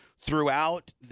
throughout